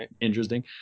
interesting